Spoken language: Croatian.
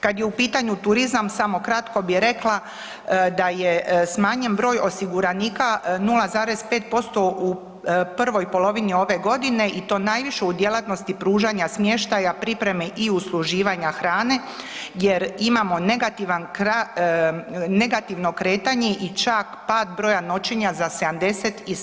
Kada je u pitanju turizam, samo kratko bi rekla da je smanjen broj osiguranika 0,5% u prvoj polovini ove godine i to najviše u djelatnosti pružanja smještaja, pripreme i usluživanja hrane jer imamo negativno kretanje i čak pad broja noćenja za 77%